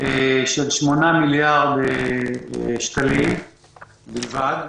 של 8 מיליארד שקלים בלבד.